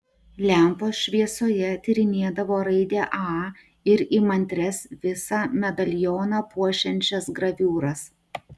lempos šviesoje tyrinėdavo raidę a ir įmantrias visą medalioną puošiančias graviūras